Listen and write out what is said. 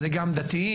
זה גם דתיים,